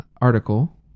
article